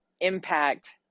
impact